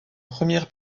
première